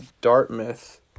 Dartmouth